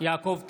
יעקב טסלר,